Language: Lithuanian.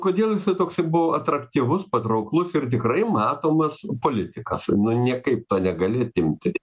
kodėl jisai toksai buvo atraktyvus patrauklus ir tikrai matomas politikas nu niekaip to negali atimti